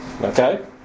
Okay